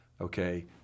Okay